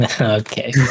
Okay